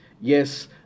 Yes